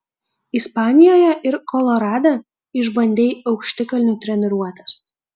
ispanijoje ir kolorade išbandei aukštikalnių treniruotes